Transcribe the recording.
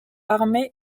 armé